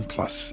Plus